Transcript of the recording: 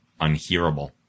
unhearable